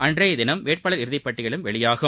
அன்றைய தினம் வேட்பாளர் இறுதி பட்டியலும் வெளியாகும்